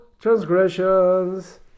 transgressions